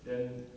then